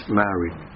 married